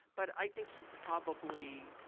but i think he probably